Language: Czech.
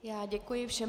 Já děkuji všem.